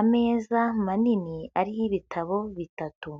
ameza manini ariho ibitabo bitatu.